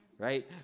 right